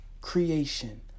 creation